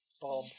Bob